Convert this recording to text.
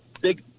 big